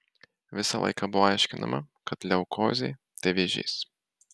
visą laiką buvo aiškinama kad leukozė tai vėžys